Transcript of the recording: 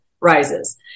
rises